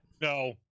No